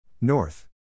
North